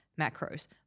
macros